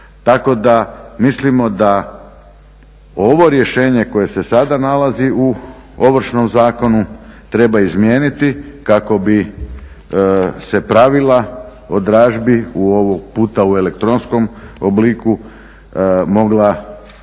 Tako da mislimo da ovo rješenje koje se sada nalazi u Ovršnom zakonu treba izmijeniti kako bi se pravila o dražbi ovog puta u elektronskom obliku mogla na